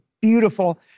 beautiful